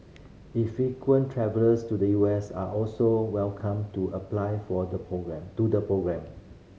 infrequent travellers to the U S are also welcome to apply for the programme to the programme